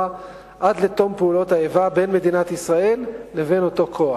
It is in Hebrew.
עד לתום פעולות האיבה בין מדינת ישראל לבין אותו כוח.